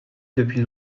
depuis